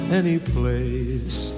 anyplace